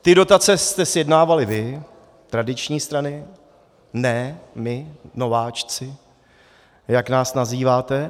Ty dotace jste sjednávali vy, tradiční strany, ne my nováčci, jak nás nazýváte.